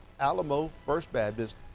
alamofirstbaptist